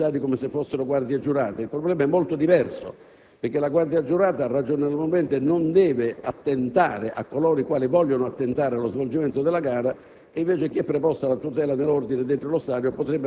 ovvio la materia degli assistenti negli stadi come se fossero guardie giurate. Il problema è molto diverso, perché la guardia giurata ragionevolmente non deve occuparsi di coloro che vogliono attentare allo svolgimento della gara,